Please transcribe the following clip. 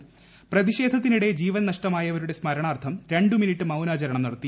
ഏത്രിഷേധത്തിനിടെ ജീവൻ നഷ്ടമായവരുടെ സ്മരണാർത്ഥം രണ്ട് മിനിറ്റ് മൌനാചരണം നടത്തി